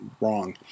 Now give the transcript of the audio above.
wrong